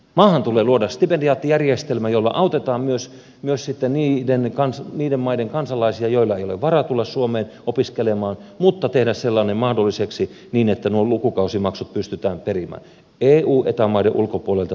maahan tulee luoda stipendiaattijärjestelmä jolla autetaan myös sitten niiden maiden kansalaisia joista ei ole varaa tulla suomeen opiskelemaan mutta tehdä sellainen mahdolliseksi niin että nuo lukukausimaksut pystytään perimään eu ja eta maiden ulkopuolelta tulevilta henkilöiltä